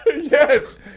Yes